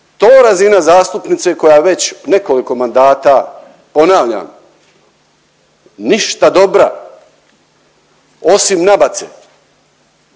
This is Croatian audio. to razina zastupnice koja već nekoliko mandata, ponavljam ništa dobra osim nabace.